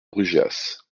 brugheas